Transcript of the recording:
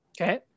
okay